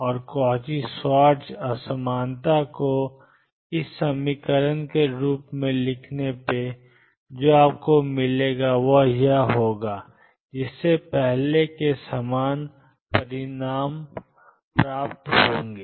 और Cauchy Schwarz असमानता को ⟨x ⟨x⟩2p ⟨p⟩2⟩ के रूप में लिखें जो ⟨x ⟨x⟩2⟩⟨p ⟨p⟩2⟩ होगा जिससे पहले के समान परिणाम प्राप्त होंगे